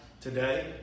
today